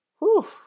Whew